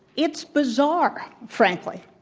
it's bizarre, frankly,